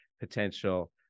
potential